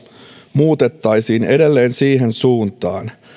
muutettaisiin edelleen siihen suuntaan